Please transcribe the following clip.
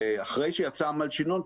אחרי שיצא המלשינון,